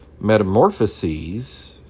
Metamorphoses